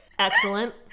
excellent